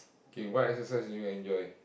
okay what exercise do you enjoy